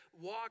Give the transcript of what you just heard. walk